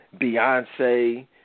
Beyonce